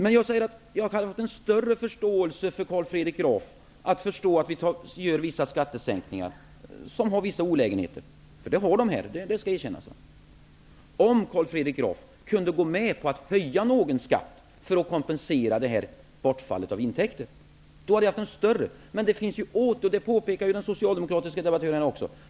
Om Carl Fredrik Graf kunde gå med på en höjning av någon skatt för att kompensera bortfallet av intäkter skulle jag ha en större förståelse för att han vill att det skall genomföras vissa sänkningar av skatter som har vissa olägenheter -- det skall erkännas att dessa skatter har det. Men det finns ju ingen förståelse för denna aspekt. Det påpekade ju även den socialdemokratiske debattören.